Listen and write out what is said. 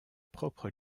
propre